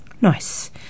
Nice